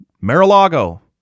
Mar-a-Lago